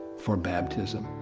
for baptism,